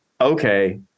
Okay